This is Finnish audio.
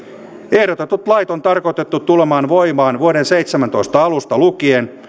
ehdotetut lait on tarkoitettu tulemaan voimaan vuoden kaksituhattaseitsemäntoista alusta lukien